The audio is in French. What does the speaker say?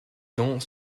dons